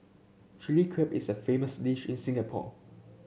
Chilli Crab is a famous dish in Singapore